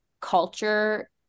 culture